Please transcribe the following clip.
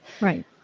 Right